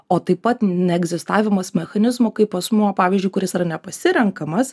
o taip pat neegzistavimas mechanizmo kaip asmuo pavyzdžiui kuris yra nepasirenkamas